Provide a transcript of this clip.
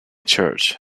church